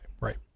right